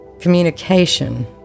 communication